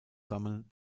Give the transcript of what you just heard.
sammeln